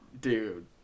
Dude